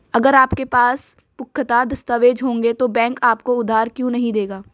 अगर आपके पास पुख्ता दस्तावेज़ होंगे तो बैंक आपको उधार क्यों नहीं देगा?